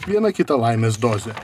vieną kitą laimės dozę